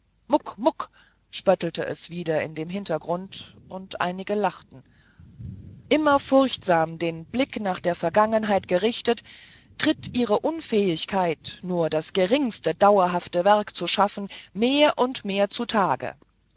wieder aus dem hintergrund und einige lachten immer furchtsam den blick nach der vergangenheit gerichtet tritt ihre unfähigkeit nur das geringste dauerhafte werk zu schaffen mehr und mehr zutage